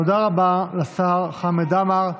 תודה רבה לשר חמד עמאר.